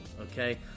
Okay